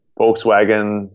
Volkswagen